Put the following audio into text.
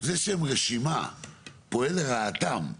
זה שהם רשימה פועל לרעתם,